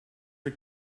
for